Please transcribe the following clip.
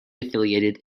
affiliated